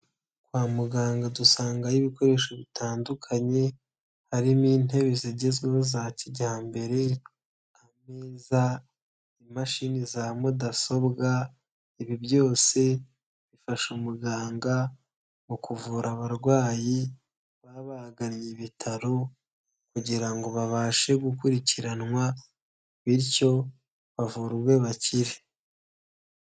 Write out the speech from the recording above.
Kwa muganga dusangaho ibikoresho bitandukanye, harimo intebe zigezweho za kijyambere nezaz imashini za mudasobwa ibi byose bifasha umuganga mu kuvura abarwayi babagariye ibitaro. Kugirango ngo babashe gukurikiranwa bityo bavurwe bakire.